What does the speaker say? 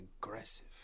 aggressive